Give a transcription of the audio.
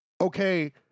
okay